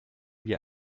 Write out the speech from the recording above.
wir